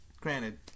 Granted